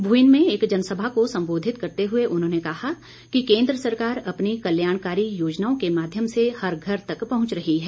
भुईन में एक जनसभा को संबोधित करते हुए उन्होंने कहा कि केन्द्र सरकार अपनी कल्याणकारी योजनाओं के माध्यम से हर घर तक पहंच रही है